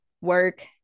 work